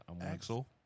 Axel